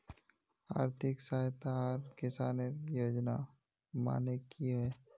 आर्थिक सहायता आर किसानेर योजना माने की होय?